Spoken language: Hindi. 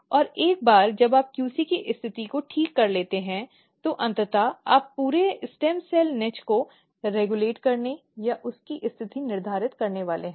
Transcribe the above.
और एक बार जब आप QC की स्थिति को ठीक कर लेते हैं तो अंततः आप पूरे स्टेम सेल निच को रेगुलेट करने या उसकी स्थिति निर्धारित करने वाले हैं